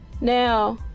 now